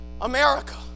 America